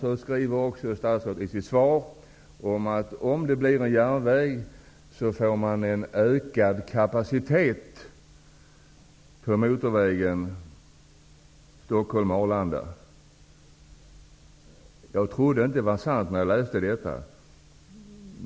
I statsrådets svar står det också att om det blir en järnväg får man en ökad kapacitet på motorvägen Stockholm--Arlanda. Jag trodde inte att det var sant när jag läste detta.